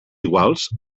iguals